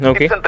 Okay